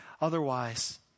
otherwise